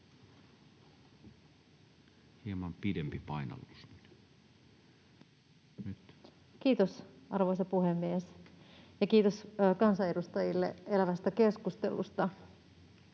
Kiitos, arvoisa puhemies! Ja kiitos kansanedustajille elävästä keskustelusta.